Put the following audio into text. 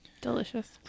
Delicious